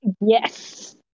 Yes